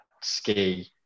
ski